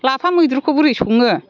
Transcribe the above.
लाफा मैद्रुखौ बोरै सङो